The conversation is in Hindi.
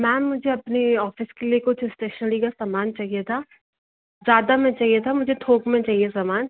मैम मुझे अपनी औफिस के लिए कुछ इस्टेस्नली का समान चाहिए था ज़्यादा में चाहिए था मुझे थोक में चाहिए समान